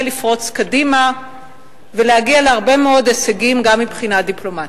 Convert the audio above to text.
לפרוץ קדימה ולהגיע להרבה מאוד הישגים גם מבחינה דיפלומטית.